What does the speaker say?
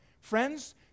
Friends